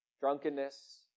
drunkenness